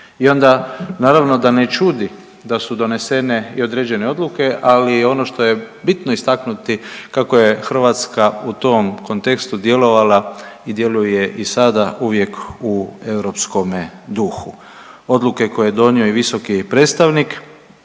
i onda naravno da ne čudi da su donesene i određene odluke, ali ono što je bitno istaknuti kako je Hrvatska u tom kontekstu djelovala i djeluje i sada uvijek u europskome duhu. Odluke koje je donio i visoki predstavnik,